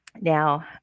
Now